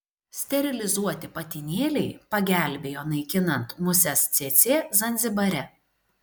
sterilizuoti patinėliai pagelbėjo naikinant muses cėcė zanzibare